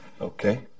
Okay